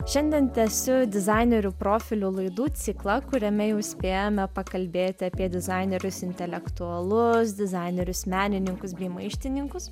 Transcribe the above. šiandien tęsiu dizainerių profilių laidų ciklą kuriame jau spėjome pakalbėti apie dizainerius intelektualus dizainerius menininkus bei maištininkus